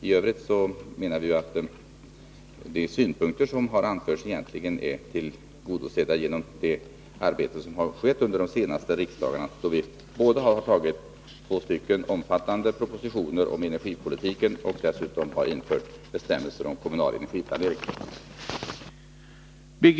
I övrigt menar vi att de synpunkter som har anförts egentligen är tillgodosedda genom det arbete som har gjorts under de senaste riksmötena, då vi både har antagit två stycken omfattande propositioner om energipolitiken och dessutom har infört bestämmelser om kommunal energiplanering.